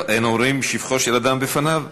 טוב, אין אומרים שבחו של אדם בפניו.